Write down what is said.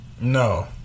No